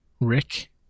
Rick